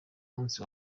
munsi